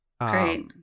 Great